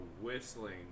whistling